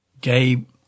Gabe